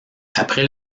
après